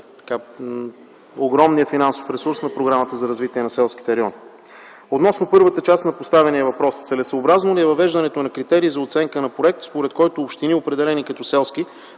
огромния финансов ресурс по Програмата за развитие на селските райони. Относно първата част на поставения въпрос – целесъобразно ли е въвеждането на критерий за оценка на проект, според който общини, определени като селски,